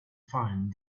find